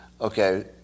okay